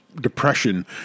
depression